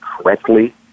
correctly